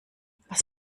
was